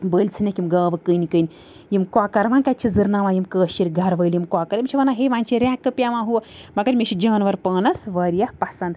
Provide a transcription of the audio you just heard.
بٔلۍ ژھٕنیٚکھ یِم گاوٕ کٕنۍ کٕنۍ یِم کۄکَر وۄنۍ کَتہِ چھِ زٕرناوان یِم کٲشِرۍ گھرٕ وٲلۍ یِم کۄکَر یِم چھِ وَنان ہے وۄنۍ چھِ ریٚکہٕ پیٚوان ہُو مگر مےٚ چھِ جانوَر پانَس واریاہ پَسنٛد